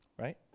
Right